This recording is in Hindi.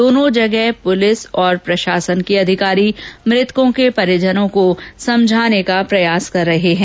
दोनों जगह पुलिस और प्रशासन के अधिकारी मृतकों के परिजनों को समझाने का प्रयास कर रहे हैं